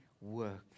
work